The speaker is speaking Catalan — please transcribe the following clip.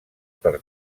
per